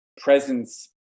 presence